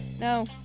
No